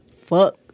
fuck